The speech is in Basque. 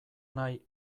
nahi